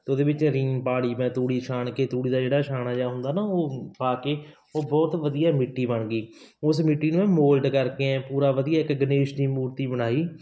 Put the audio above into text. ਤਾਂ ਉਹਦੇ ਵਿੱਚ ਰੀਣ ਪਾ ਲਈ ਮੈਂ ਤੂੜੀ ਛਾਣ ਕੇ ਤੂੜੀ ਦਾ ਜਿਹੜਾ ਛਾਣਾ ਜਿਹਾ ਹੁੰਦਾ ਨਾ ਉਹ ਪਾ ਕੇ ਉਹ ਬਹੁਤ ਵਧੀਆ ਮਿੱਟੀ ਬਣ ਗਈ ਉਸ ਮਿੱਟੀ ਨੂੰ ਮੋਲਡ ਕਰਕੇ ਐਂ ਪੂਰਾ ਵਧੀਆ ਇੱਕ ਗਣੇਸ਼ ਦੀ ਮੂਰਤੀ ਬਣਾਈ